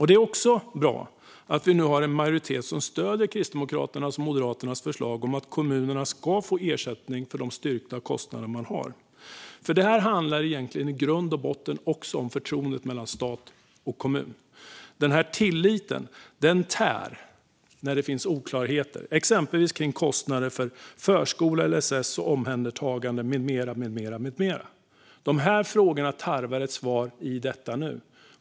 Det är också bra att vi nu har en majoritet som stöder Kristdemokraternas och Moderaternas förslag om att kommunerna ska få ersättning för styrkta kostnader man har. Det här handlar i grund och botten också om förtroendet mellan stat och kommun. Det tär på tilliten när det finns oklarheter exempelvis kring kostnader för förskola, LSS, omhändertagande med mera. De här frågorna tarvar ett svar i detta nu.